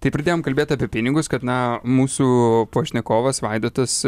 tai pradėjom kalbėt apie pinigus kad na mūsų pašnekovas vaidotas